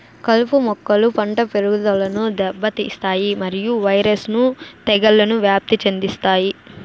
కలుపు మొక్కలు పంట పెరుగుదలను దెబ్బతీస్తాయి మరియు వైరస్ ను తెగుళ్లను వ్యాప్తి చెందిస్తాయి